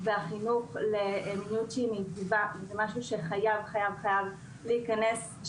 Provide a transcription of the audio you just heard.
והחינוך למיניות מיטיבה זה משהו שחייב להיכנס ל-DNA.